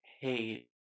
hey